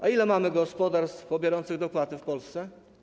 A ile mamy gospodarstw pobierających dopłaty w Polsce?